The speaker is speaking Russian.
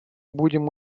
будем